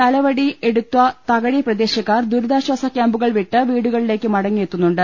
തലവടി എടത്വ തകഴി പ്രദേശക്കാർ ദുരിതാശ്വാസ ക്യാമ്പുകൾ വിട്ട് വീടുകളിലേക്ക് മടങ്ങി എത്തുന്നുണ്ട്